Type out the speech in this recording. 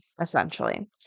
essentially